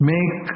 Make